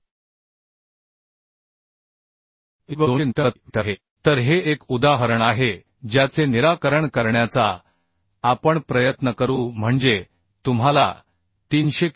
ISHB 200 newton प्रति metre आहे तर हे एक उदाहरण आहे ज्याचे निराकरण करण्याचा आपण प्रयत्न करू म्हणजे तुम्हाला 365